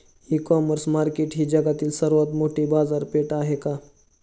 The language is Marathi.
इ कॉमर्स मार्केट ही जगातील सर्वात मोठी बाजारपेठ आहे का?